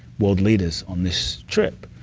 world leaders on this trip,